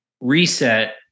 Reset